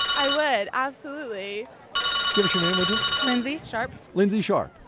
i would. absolutely give us your name, would you? lindsey sharpe lindsey sharpe,